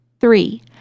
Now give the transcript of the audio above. Three